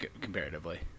comparatively